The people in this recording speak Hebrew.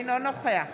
אינו נוכח